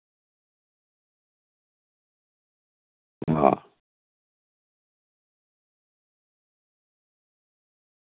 आं